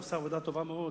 הוא עשה עבודה טובה מאוד.